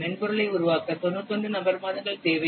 மென்பொருளை உருவாக்க 91 நபர் மாதங்கள் தேவை